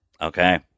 okay